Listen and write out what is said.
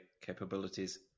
capabilities